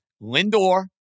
Lindor